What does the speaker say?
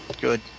Good